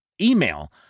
email